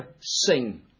sing